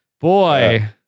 Boy